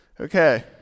Okay